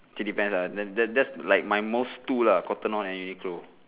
okay depends ah that that that's my most two lah Cotton On and Uniqlo